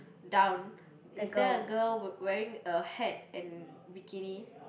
down is there a girl wearing a hat and bikini